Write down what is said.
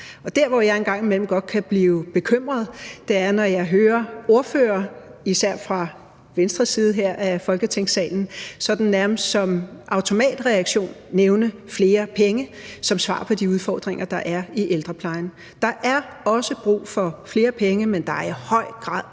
Der, hvor jeg en gang imellem godt kan blive bekymret, er, når jeg hører ordførere, især fra venstre side her i Folketingssalen, sådan nærmest som automatreaktion nævne flere penge som svar på de udfordringer, der er i ældreplejen. Der er også brug for flere penge, men der er i høj grad